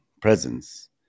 presence